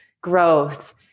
growth